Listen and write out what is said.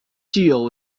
具有